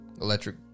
Electric